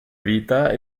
vita